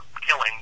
killing